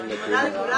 אני מודה לכולם.